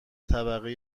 طبقه